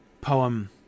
poem